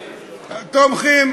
תומכים,